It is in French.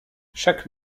chaque